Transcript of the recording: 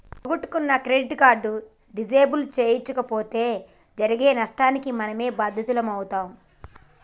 పోగొట్టుకున్న credit card disable చేయించకపోతే జరిగే నష్టానికి మనమే బాధ్యులమవుతం